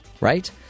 right